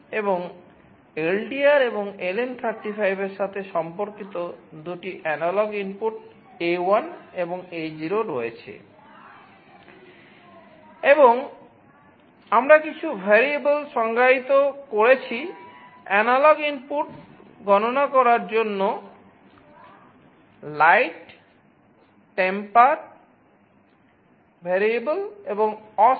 এবং LDR এবং LM35 এর সাথে সম্পর্কিত দুটি অ্যানালগ ইনপুট A1 এবং A0 রয়েছে